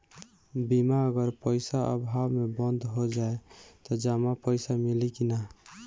बीमा अगर पइसा अभाव में बंद हो जाई त जमा पइसा मिली कि न?